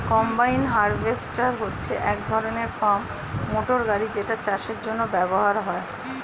combine harvester হচ্ছে এক ধরণের ফার্ম মোটর গাড়ি যেটা চাষের জন্য ব্যবহার হয়